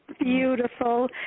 Beautiful